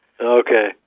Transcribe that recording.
Okay